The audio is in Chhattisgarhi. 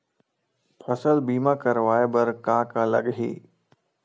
फसल बीमा करवाय बर का का लगही?